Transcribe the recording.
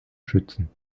schützen